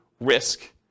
risk